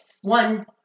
one